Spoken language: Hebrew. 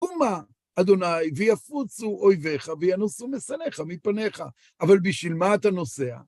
"שמע ה' ויפוצו אויביך, וינוסו משנאיך מפניך", אבל בשביל מה אתה נוסע?